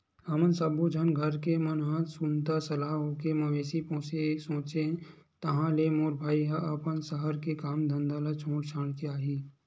हमन सब्बो झन घर के मन ह सुनता सलाह होके मवेशी पोसे के सोचेन ताहले मोर भाई ह अपन सहर के काम धंधा ल छोड़ छाड़ के आही